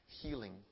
healing